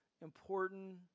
important